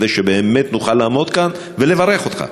כדי שבאמת נוכל לעמוד כאן ולברך אותך?